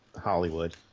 Hollywood